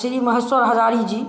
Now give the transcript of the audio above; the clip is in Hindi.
श्री महेश्वर हजारी जी